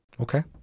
Okay